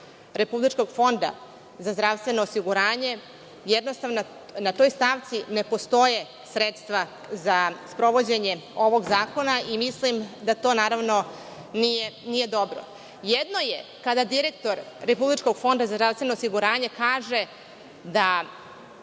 Republičkog fonda za zdravstveno osiguranje jednostavno na toj stavci ne postoje sredstva za sprovođenje ovog zakona. Mislim da to naravno, nije dobro. Jedno je kada direktor Republičkog fonda za zdravstveno osiguranje kaže –